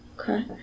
Okay